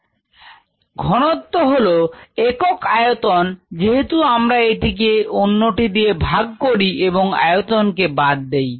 YxSamountofcellsproducedamountofsubstrateconsumedx x0S0 S ঘনত্ব হল একক আয়তন যেহেতু আমরা এটিকে অন্যটি দিয়ে ভাগ করি এবং আয়তন কে বাদ দেই